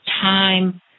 time